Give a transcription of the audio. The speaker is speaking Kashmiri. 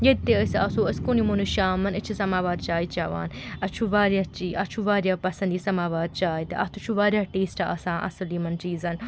ییٚتہِ تہِ أسۍ آسو أسۍ کُنہِ وُنہِ شامَن أسۍ چھِ سَماوار چاے چٮ۪وان اَسہِ چھُ واریاہ چی اَتھ چھُ واریاہ پَسنٛد یہِ سَماوار چاے تہٕ اَتھ تہِ چھُ واریاہ ٹیٚسٹہٕ آسان اَصٕل یِمَن چیٖز